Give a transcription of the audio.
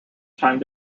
time